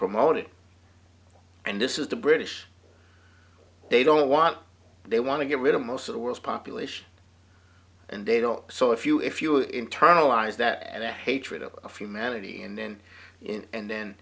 promoted and this is the british they don't want they want to get rid of most of the world's population and they don't so if you if you internalize that and their hatred of humanity and then in and then